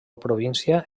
província